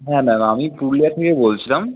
হ্যাঁ ম্যাম আমি পুরুলিয়া থেকে বলছিলাম